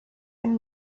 wenn